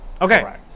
okay